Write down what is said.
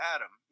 Adam